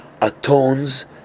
atones